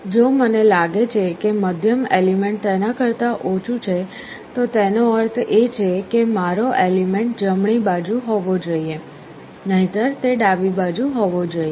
જો મને લાગે છે કે મધ્યમ એલિમેન્ટ તેના કરતા ઓછું છે તો તેનો અર્થ એ છે કે મારો એલિમેન્ટ જમણી બાજુ હોવો જોઈએ નહીંતર તે ડાબી બાજુ હોવો જોઈએ